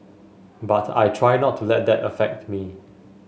but I try not to let that affect me